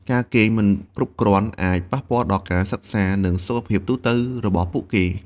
ការគេងមិនគ្រប់គ្រាន់អាចប៉ះពាល់ដល់ការសិក្សា និងសុខភាពទូទៅរបស់ពួកគេ។